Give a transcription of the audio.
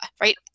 right